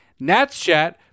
NATSChat